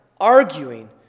arguing